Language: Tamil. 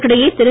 இதற்கிடையே திரு